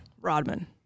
Rodman